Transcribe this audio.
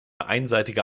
einseitige